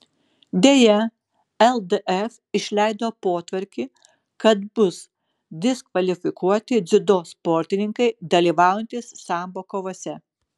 deja ldf išleido potvarkį kad bus diskvalifikuoti dziudo sportininkai dalyvaujantys sambo kovose